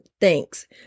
thanks